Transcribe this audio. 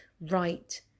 right